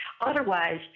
Otherwise